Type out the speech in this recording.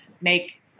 make